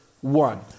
one